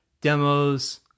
Demos